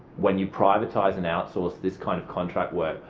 when you privatise and outsource this kind of contract work,